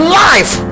life